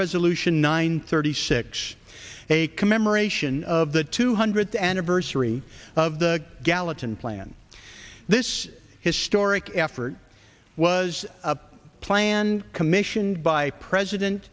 resolution nine thirty six a commemoration of the two hundredth anniversary of the gallatin plan this historic effort was a plan commissioned by president